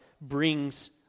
brings